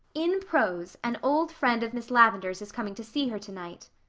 in prose, an old friend of miss lavendar's is coming to see her tonight.